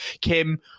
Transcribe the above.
kim